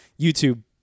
YouTube